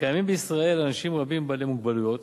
קיימים בישראל אנשים רבים בעלי מוגבלויות